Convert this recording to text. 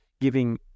giving